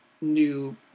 new